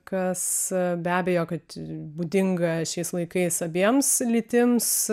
kas be abejo kad būdinga šiais laikais abiems lytims